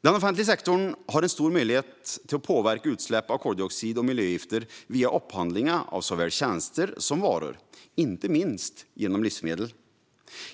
Den offentliga sektorn har en stor möjlighet att påverka utsläppen av koldioxid och miljögifter via upphandlingen av såväl tjänster som varor, inte minst av livsmedel.